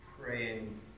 praying